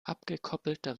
abgekoppelter